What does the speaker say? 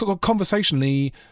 conversationally